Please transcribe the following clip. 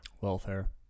welfare